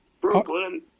Brooklyn